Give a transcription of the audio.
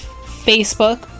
Facebook